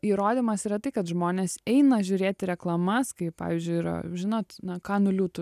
įrodymas yra tai kad žmonės eina žiūrėti reklamas kai pavyzdžiui yra žinot na kanų liūtų